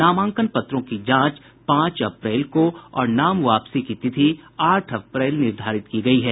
नामांकन पत्रों की जांच पांच अप्रैल को और नाम वापसी की तिथि आठ अप्रैल निर्धारित की गयी है